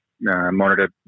monitor